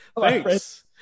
Thanks